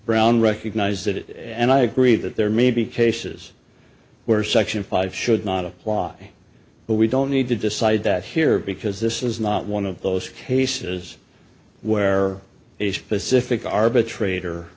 brown recognise that and i agree that there may be cases where section five should not apply but we don't need to decide that here because this is not one of those cases where a specific arbitrator